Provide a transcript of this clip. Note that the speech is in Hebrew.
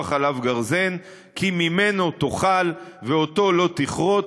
עליו גרזן כי ממנו תאכל ואתו לא תכרת.